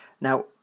Now